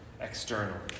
externally